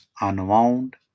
unwound